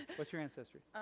what's your ancestry?